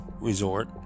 resort